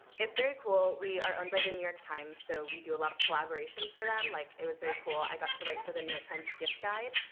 it's very cool. we are owned by the new york times, so we do a lot of collaboration for them. like, it was very cool. i got to write for the new york times gift guide.